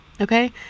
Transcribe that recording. okay